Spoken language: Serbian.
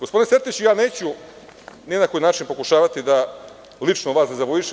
Gospodine Sertiću, neću ni na koji način pokušavati da lično vas dezavuišem.